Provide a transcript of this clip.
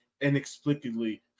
inexplicably